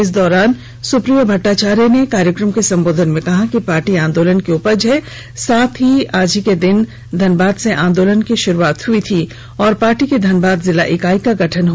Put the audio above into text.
इस दौरान सुप्रियो भट्टाचार्य ने कार्यक्रम के संबोधन में कहा कि पार्टी आंदोलन की उपज है आज ही के दिन धनबाद से आंदोलन की शुरुआत हुई थी और पार्टी की धनबाद जिला इकाई का गठन हआ था